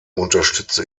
unterstütze